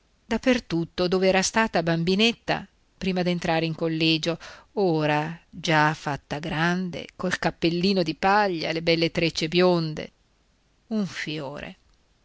tutto dove era stata bambinetta prima d'entrare in collegio ora già fatta grande col cappellino di paglia le belle treccie bionde un fiore